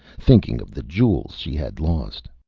thinking of the jewel she had lost.